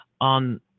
on